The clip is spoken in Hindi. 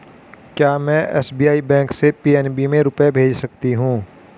क्या में एस.बी.आई बैंक से पी.एन.बी में रुपये भेज सकती हूँ?